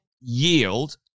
yield